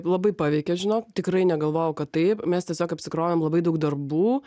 labai paveikė žinok tikrai negalvojau kad taip mes tiesiog apsikrovėm labai daug darbų